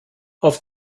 auf